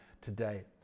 today